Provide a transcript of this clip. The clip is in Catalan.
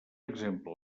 exemple